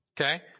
Okay